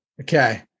Okay